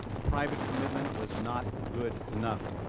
a private commitment was not good enough.